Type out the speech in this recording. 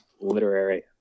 literary